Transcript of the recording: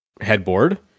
headboard